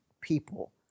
people